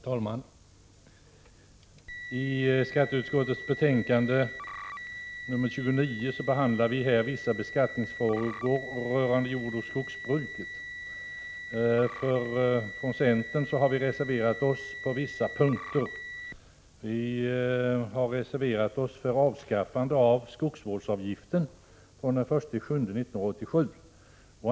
Herr talman! I skatteutskottets betänkande 1986/87:29 behandlas vissa beskattningsfrågor rörande jordoch skogsbruk. Från centern har vi reserverat oss på vissa punkter. Vi har reserverat oss för avskaffande av skogsvårdsavgiften från den 1 juli 1987.